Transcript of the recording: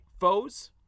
foes